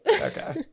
Okay